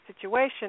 situation